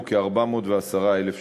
היא כ-410,000 שקלים.